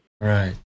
Right